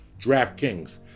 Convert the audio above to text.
DraftKings